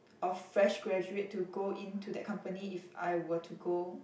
of fresh graduate to go in to that company if I were to go